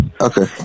Okay